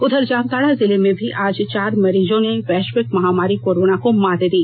उधर जामताड़ा जिले में भी आज चार मरीजों ने वैष्विक महामारी कोरोना को मात दी